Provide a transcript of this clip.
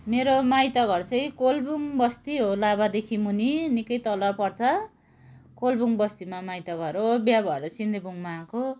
मेरो माइत घर चाहिँ कोलबुङ बस्ती हो लाभादेखि मुनि निकै तल पर्छ कोलबुङ बस्तीमा माइत घर हो बिहा भएर सिन्देबुङमा आएको